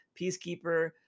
Peacekeeper